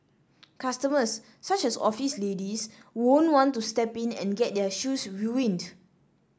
customers such as office ladies won't want to step in and get their shoes ruined